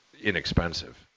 inexpensive